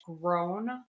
grown